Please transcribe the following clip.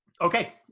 okay